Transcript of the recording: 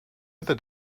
other